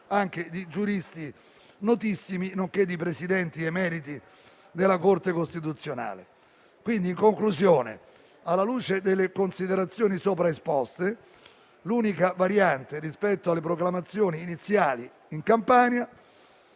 anche di giuristi notissimi, nonché di presidenti emeriti della Corte costituzionale. Quindi, in conclusione, alla luce delle considerazioni sopra esposte, l'unica variante rispetto alle proclamazioni iniziali in Campania,